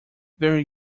very